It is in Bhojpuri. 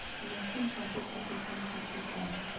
मैसूर काटे खातिर कौन ट्रैक्टर चाहीं?